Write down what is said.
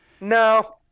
No